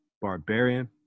barbarian